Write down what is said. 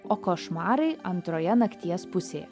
o košmarai antroje nakties pusėje